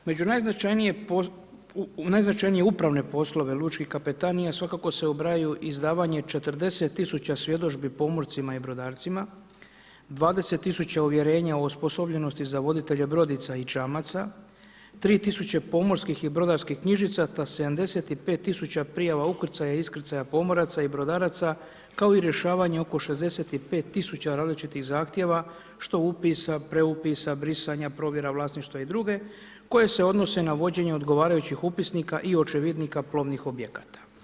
U najznačajnije upravne poslove lučkih kapetanija svakako se ubrajaju izdvajanje 40 000 svjedodžbi pomorcima i brodarcima, 20 000 uvjerenja o osposobljenosti za voditelja brodica i čamaca, 3000 pomorskih i brodarskih knjižica te 75 000 prijava ukrcaja i iskrcaja pomoraca i brodaraca kao i rješavanje oko 65 000 različitih zahtjeva, što upisa, preupisa, brisanja provjera vlasništva i druge koje se odnose na vođenje odgovarajućih upisnika i očevidnika plovnih objekata.